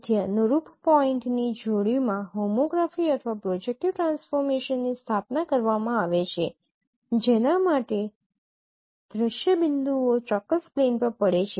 તેથી અનુરૂપ પોઇન્ટ્સની જોડીમાં હોમોગ્રાફી અથવા પ્રોજેકટિવ ટ્રાન્સફોર્મેશનની સ્થાપના કરવામાં આવે છે જેના માટે દ્રશ્ય બિંદુઓ ચોક્કસ પ્લેન પર પડે છે